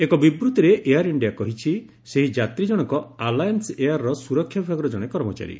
ଏକ ବିବୃତିରେ ଏୟାର ଇଣ୍ଡିଆ କହିଛି ସେହି ଯାତ୍ରୀଜଶଙ୍କ ଆଲାଏନୁ ଏୟାରର ସ୍ତରକ୍ଷା ବିଭାଗର ଜଣେ କର୍ମଚାରୀ